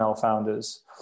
founders